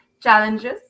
challenges